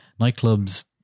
nightclubs